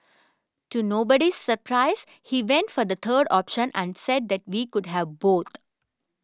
to nobody's surprise he went for the third option and said that we could have both